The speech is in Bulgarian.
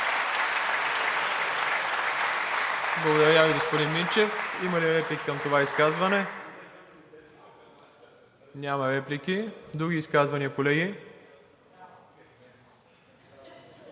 Благодаря Ви, господин Минчев. Има ли реплики към това изказване? Няма. Други изказвания, колеги?